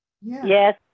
Yes